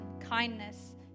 kindness